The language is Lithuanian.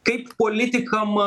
kaip politikam